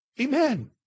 Amen